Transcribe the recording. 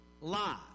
lie